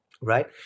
right